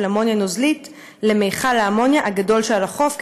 אמוניה נוזלית למכל האמוניה הגדול שעל החוף,